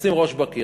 כשנכנסים ראש בקיר?